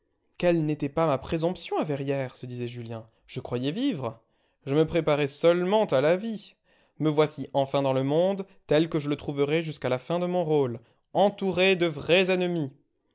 quelle n'était pas ma présomption à verrières se disait julien je croyais vivre je me préparais seulement à la vie me voici enfin dans le monde tel que je le trouverai jusqu'à la fin de mon rôle entouré de vrais ennemis